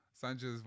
Sanchez